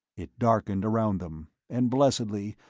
it darkened around them, and, blessedly,